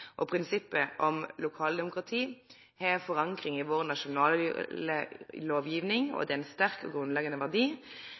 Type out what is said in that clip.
Prinsippet om lokaldemokrati har forankring i vår nasjonale lovgjeving, og